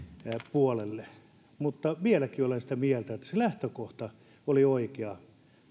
mutta vieläkin olen sitä mieltä että se lähtökohta oli oikea